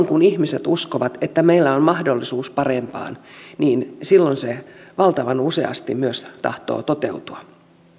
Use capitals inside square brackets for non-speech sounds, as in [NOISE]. [UNINTELLIGIBLE] kun ihmiset uskovat että meillä on mahdollisuus parempaan silloin se valtavan useasti myös tahtoo toteutua